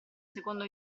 secondo